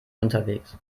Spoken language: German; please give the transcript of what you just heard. unterwegs